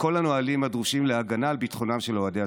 כל הנהלים הדרושים להגנה על ביטחונם של אוהדי הספורט.